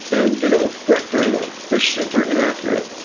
and they don't work very well. they're super inaccurate.